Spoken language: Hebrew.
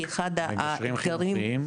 כי אחד האתגרים --- מגשרים חינוכיים?